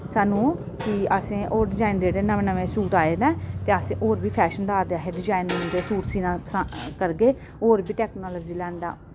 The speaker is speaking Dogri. सानूं कि असें होर डिजाइन दे जेह्ड़े नमें नमें सूट आए न ते असें होर बी फैशनदार दे असें डिजाइन दे सूट सीना पसंद करगे होर बी टेक्नोलाजी लैन दा